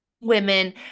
women